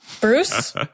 Bruce